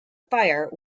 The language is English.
fire